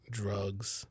drugs